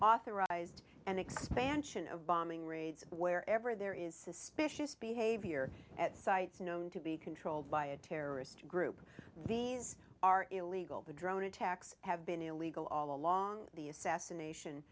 authorized an expansion of bombing raids wherever there is suspicious behavior at sites known to be controlled by a terrorist group these are illegal the drone attacks have been illegal all along the assassination